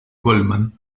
goldman